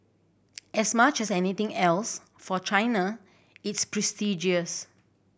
as much as anything else for China it's prestigious